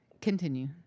Continue